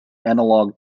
analogue